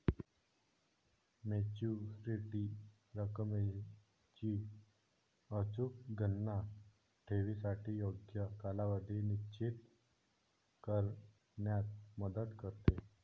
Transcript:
maturity रकमेची अचूक गणना ठेवीसाठी योग्य कालावधी निश्चित करण्यात मदत करते